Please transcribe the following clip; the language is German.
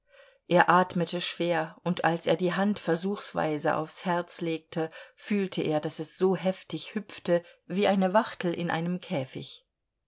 er atmete schwer und als er die hand versuchsweise aufs herz legte fühlte er daß es so heftig hüpfte wie eine wachtel in einem käfig